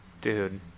Dude